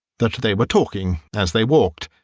that they were talking as they walked,